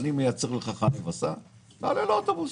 אני מייצר לך חנה וסע תעלה לאוטובוס.